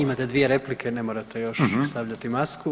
Imate dvije replike, ne morate još stavljati masku.